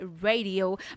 radio